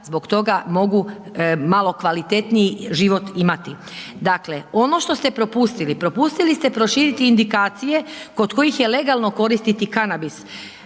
zbog toga mogu malo kvalitetniji život imati. Dakle, ono što ste propustili, propustili ste proširiti indikacije kod kojih je legalno koristiti kanabis.